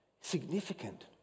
Significant